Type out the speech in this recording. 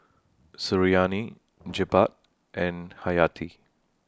Suriani Jebat and Hayati